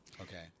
Okay